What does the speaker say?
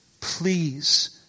Please